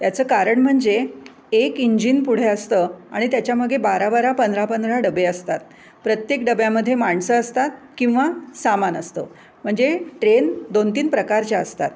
याचं कारण म्हणजे एक इंजिन पुढे असतं आणि त्याच्यामागे बारा बारा पंधरा पंधरा डबे असतात प्रत्येक डब्यामध्ये माणसं असतात किंवा सामान असतं म्हणजे ट्रेन दोन तीन प्रकारच्या असतात